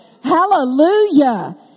Hallelujah